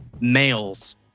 males